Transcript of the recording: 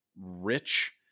rich